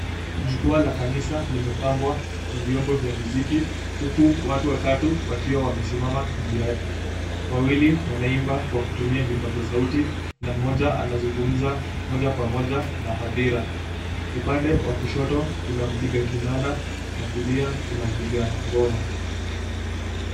Jukwaa la kanisa limepambwa kwa vyombo vya muziki huku watu watatu wakiwa wamesimama juu yake. Wawili wanaimba kwa kutumia vipaza sauti na mmoja anazungumza moja kwa moja na hadhira. Upande wa kushoto kuna mpiga kinanda na kulia kuna mpiga ngoma.